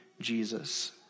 Jesus